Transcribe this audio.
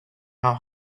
how